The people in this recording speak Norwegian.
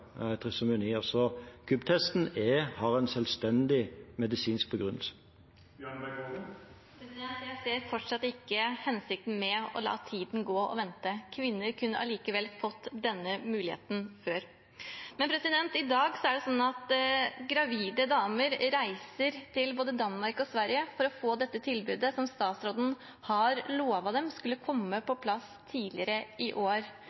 har en selvstendig medisinsk begrunnelse. Jeg ser fortsatt ikke hensikten med å la tiden gå og la dem vente. Kvinner kunne allikevel fått denne muligheten før. I dag er det sånn at gravide damer reiser til både Danmark og Sverige for å få dette tilbudet som statsråden har lovet skulle komme på plass tidligere i år.